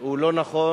היא לא נכונה.